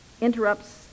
interrupts